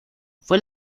fue